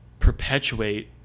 perpetuate